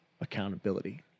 accountability